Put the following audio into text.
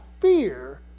fear